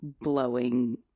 blowing